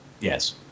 yes